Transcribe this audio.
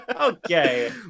Okay